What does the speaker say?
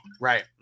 Right